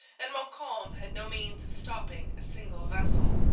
and montcalm had no means of stopping a single vessel.